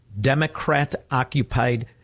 Democrat-occupied